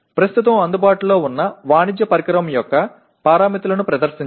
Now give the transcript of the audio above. ప్రస్తుతం అందుబాటులో ఉన్న వాణిజ్య పరికరం యొక్క పారామితులను ప్రదర్శించండి